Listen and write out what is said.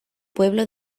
pueblo